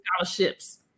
scholarships